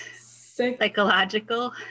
Psychological